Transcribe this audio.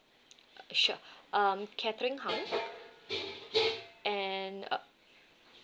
sure um catherine tan and uh